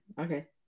Okay